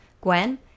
Gwen